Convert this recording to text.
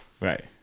right